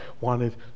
wanted